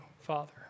Father